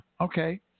okay